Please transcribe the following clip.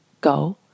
go